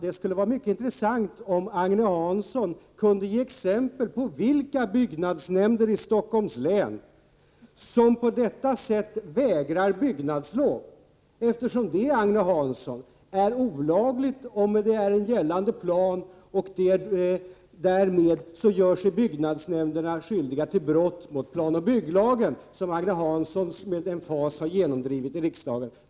Det skulle vara mycket intressant om Agne Hansson kunde ge exempel på vilka byggnadsnämnder i Stockholms län som på detta sätt vägrar byggnadslov. Det är nämligen, Agne Hansson, olagligt att göra så om det finns en gällande plan. Därmed gör sig byggnadsnämnderna alltså skyldiga till brott mot planoch bygglagen som Agne Hansson med emfas har genomdrivit i riksdagen.